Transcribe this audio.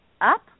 up